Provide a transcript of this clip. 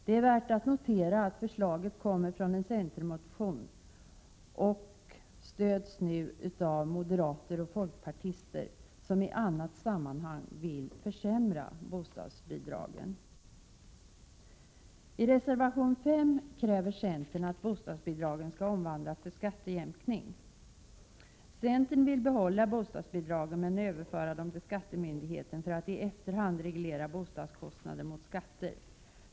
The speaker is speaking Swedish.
Det är värt att notera att förslaget kommer från en centermotion och att det nu stöds av moderater och folkpartister, som i andra sammanhang vill försämra bostadsbidragen. I reservation 5 kräver centern omvandling av bostadsbidrag till skattejämkning. Centern vill behålla bostadsbidragen, men man vill överföra dem till skattemyndigheten för reglering i efterhand av bostadskostnader mot skatter.